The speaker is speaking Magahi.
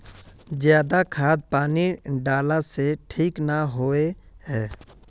ज्यादा खाद पानी डाला से ठीक ना होए है?